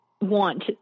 want